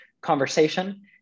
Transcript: conversation